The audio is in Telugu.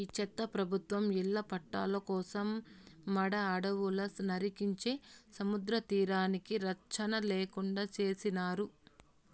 ఈ చెత్త ప్రభుత్వం ఇళ్ల పట్టాల కోసం మడ అడవులు నరికించే సముద్రతీరానికి రచ్చన లేకుండా చేసినారు